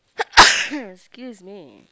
excuse me